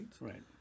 right